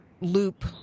loop